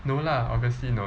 no lah obviously not